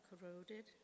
corroded